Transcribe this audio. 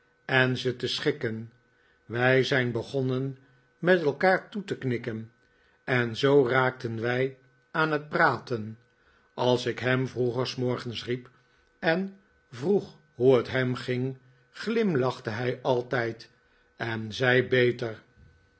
en ze te schikken wij zijn begonnen met elkaar toe te knikken en zoo raakten wij aan het praten als ik hem vroeger s morgens riep en vroeg hoe het hem ging glimlachte hij altijd en zei beter